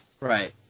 Right